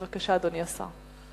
בבקשה, אדוני השר.